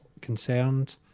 concerned